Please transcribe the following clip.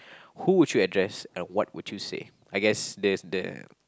who would you address and what would you say I guess there's the